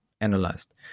analyzed